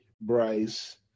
Bryce